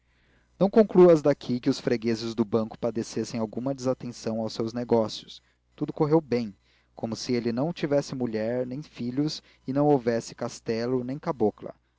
não concluas daqui que os fregueses do banco padecessem alguma desatenção aos seus negócios tudo correu bem como se ele não tivesse mulher nem filhos ou não houvesse castelo nem cabocla